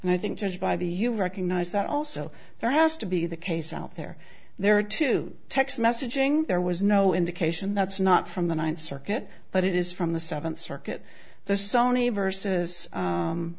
and i think judge by the you recognize that also there has to be the case out there there are two text messaging there was no indication that's not from the ninth circuit but it is from the seventh circuit the sony versus